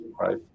right